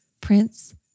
Prince